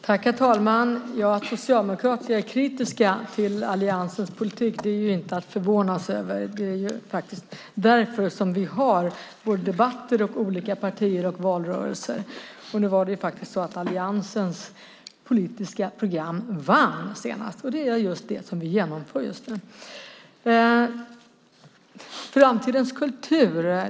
Herr talman! Att socialdemokrater är kritiska till alliansens politik är inte att förvånas över. Det är faktiskt därför som vi har debatter, olika partier och valrörelser. Nu var det så att alliansens politiska program vann senast. Det är det som vi genomför just nu.